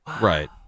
Right